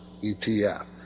ETF